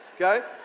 okay